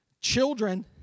children